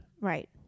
Right